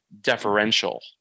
deferential